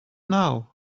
now